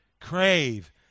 crave